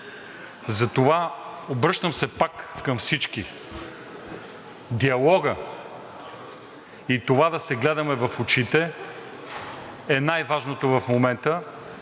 решения. Обръщам се пак към всички – диалогът и това да се гледаме в очите е най-важното в момента.